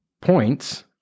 points